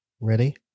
Ready